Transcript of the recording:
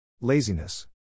Laziness